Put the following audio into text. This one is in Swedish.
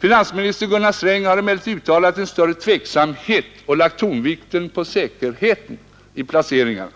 Finansminister Gunnar Sträng har emellertid uttalat en större tveksamhet och lagt tonvikten på säkerheten i placeringarna,